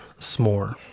s'more